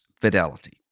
fidelity